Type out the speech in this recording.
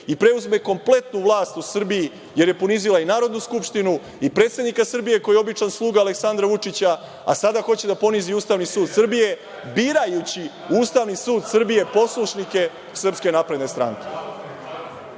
i preuzme kompletnu vlast u Srbiji, jer je ponizila i Narodnu skupštinu i predsednika Srbije, koji je običan sluga Aleksandra Vučića, a sada hoće da ponizi Ustavni sud Srbije, birajući u Ustavni sud Srbije poslušnike Srpske napredne stranke? Srpski